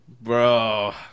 Bro